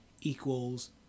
equals